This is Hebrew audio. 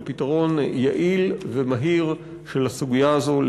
לפתרון יעיל ומהיר של הסוגיה הזאת,